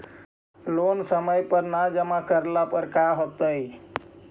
Loan समय पर न जमा करला पर का होतइ?